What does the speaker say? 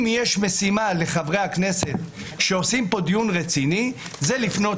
אז אם יש לחברי הכנסת משימה כלשהי הרי שזה לפנות